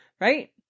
Right